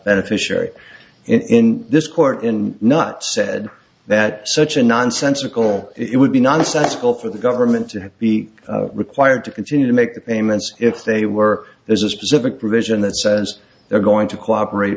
beneficiary in this court in not said that such a nonsensical it would be nonsensical for the government to be required to continue to make the payments if they were there's a specific provision that says they're going to cooperate